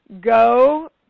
Go